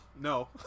No